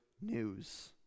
news